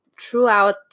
throughout